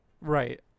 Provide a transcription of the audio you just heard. Right